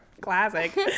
classic